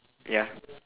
ya